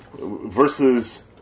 Versus